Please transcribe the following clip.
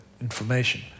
information